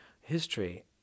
history